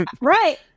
Right